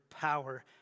power